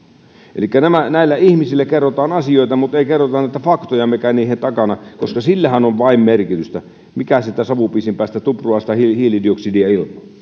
elikkä näille ihmisille kerrotaan asioita mutta ei kerrota niitä faktoja niiden takana sillähän vain on merkitystä mitä siitä savupiisin päästä tupruaa ilmaan sitä hiilidioksidia